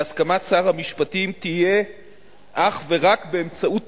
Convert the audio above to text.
בהסכמת שר המשפטים, תהיה אך ורק באמצעות תקנות,